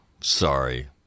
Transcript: sorry